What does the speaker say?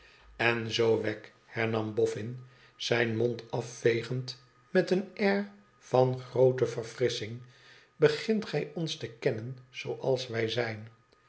éi zoo wegg hernam bofifin zijn mond afvegend meteen air van groote verfrissching begint gij ons te kennen zooals wij zijp